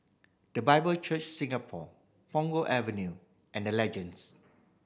The Bible Church Singapore Punggol Avenue and The Legends